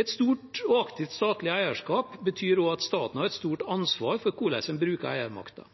Et stort og aktivt statlig eierskap betyr også at staten har et stort ansvar for hvordan en bruker eiermakten.